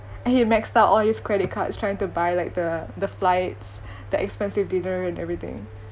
and he maxed out all his credit cards trying to buy like the the flights the expensive dinner and everything